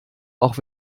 auch